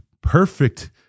perfect